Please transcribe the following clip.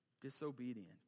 disobedient